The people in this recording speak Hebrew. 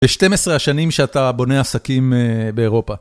ב-12 השנים שאתה בונה עסקים באירופה.